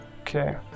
Okay